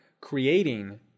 creating